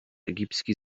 egipski